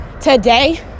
today